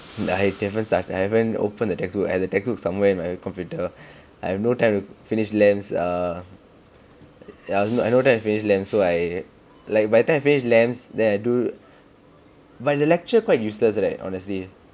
nice I've I haven't opened the textbook the textbook is somewhere in my computer I have no time to finish labs err I also I no time to finish labs so I I by the time I finish labs then I do but the lecture quite useless right honestly